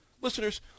Listeners